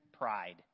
pride